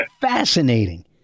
fascinating